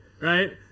right